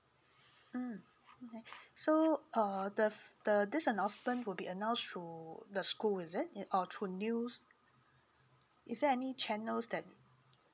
mm okay so uh the the this announcement will be announced through the school is it or through news is there any channels that